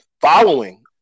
following